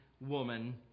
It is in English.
woman